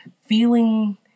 feeling